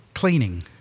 cleaning